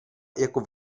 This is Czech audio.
jako